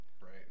right